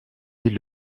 est